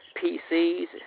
PCs